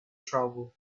travel